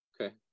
Okay